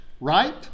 Right